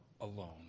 alone